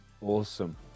Awesome